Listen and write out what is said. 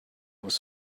was